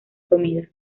comida